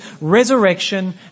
resurrection